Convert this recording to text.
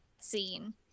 scene